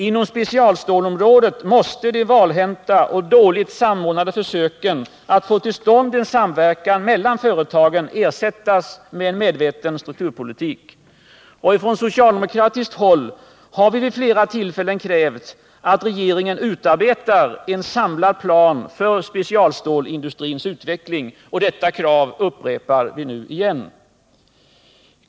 Inom specialstålområdet måste de valhänta och dåligt samordnade försöken att få till stånd en samverkan mellan företagen ersättas med en medveten strukturpolitik. Från socialdemokratisk sida har vi vid flera tillfällen krävt att regeringen utarbetar en samlad plan för specialstålsindustrins utveckling. Detta krav upprepar vi nu.